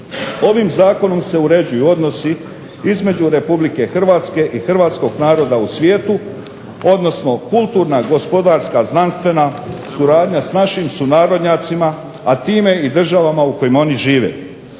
Ovim zakonom se uređuju odnosi između Republike Hrvatske i hrvatskog naroda u svijetu, odnosno kulturna, gospodarska, znanstvena suradnja s našim sunarodnjacima, a time i državama u kojima oni žive.